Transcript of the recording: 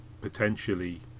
potentially